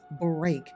break